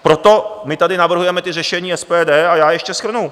Proto my tady navrhujeme ta řešení SPD a já je ještě shrnu.